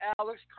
alex